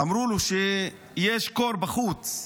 אמרו לו שיש קור בחוץ,